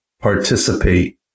participate